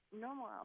normal